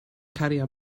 cario